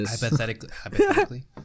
Hypothetically